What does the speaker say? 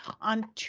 on